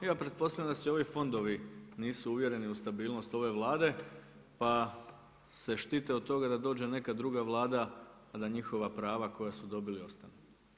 Ja pretpostavljam da ovi fondovi nisu uvjereni u stabilnost ove Vlade, pa se štite od toga da dođe neka druga Vlada pa da njihova prava koja su dobili ostanu.